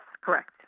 correct